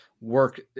work